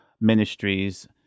ministries